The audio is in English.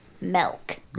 milk